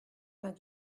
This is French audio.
vingt